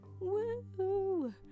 Woo